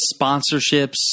sponsorships